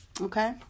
Okay